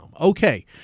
Okay